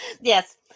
Yes